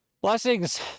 blessings